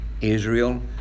Israel